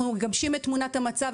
אנחנו מגבשים את תמונת המצב,